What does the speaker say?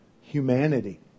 humanity